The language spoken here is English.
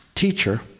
teacher